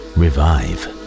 revive